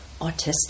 autistic